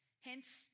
hence